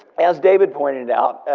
as david pointed out,